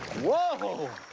whoa.